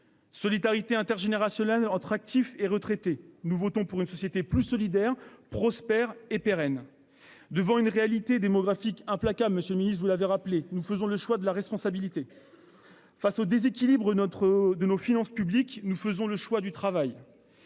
solidarité intergénérationnelle entre actifs et retraités. Nous votons pour une société plus solidaire, prospère et pérenne. Devant une réalité démographique qui est implacable, cela a été rappelé, nous faisons le choix de la responsabilité. Face au déséquilibre de nos finances publiques, nous faisons le choix du travail.